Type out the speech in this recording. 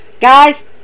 Guys